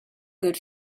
good